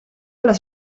les